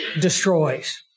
destroys